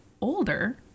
older